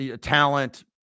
talent